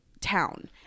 town